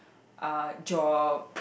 uh job